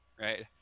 right